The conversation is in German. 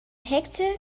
hexe